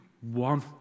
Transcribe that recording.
one